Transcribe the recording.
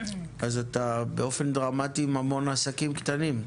אז אתה באופן דרמטי עם המון עסקים קטנים.